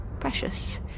precious